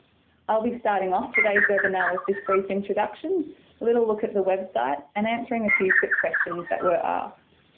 i'll be starting off today's webinar with this brief introduction, a little look at the website, and answering a few quick questions that were asked.